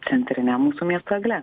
centrine mūsų miesto egle